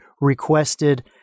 requested